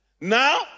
Now